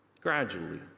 gradually